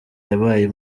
yabaye